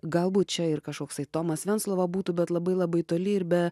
galbūt čia ir kažkoksai tomas venclova būtų bet labai labai toli ir be